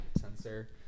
sensor